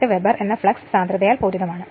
8 weber എന്ന flux സാന്ദ്രതയാൽ പൂരിതമാണ്